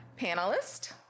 panelist